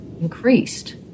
increased